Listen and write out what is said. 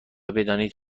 بدانید